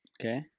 Okay